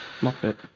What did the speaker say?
Muppet